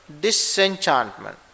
disenchantment